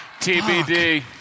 TBD